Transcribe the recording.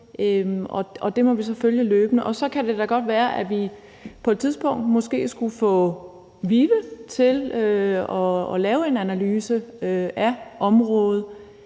kommer til at forbedre området. Og så kan det da godt være, at vi på et tidspunkt måske skulle få VIVE til at lave en analyse af området.